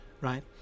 right